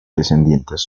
descendientes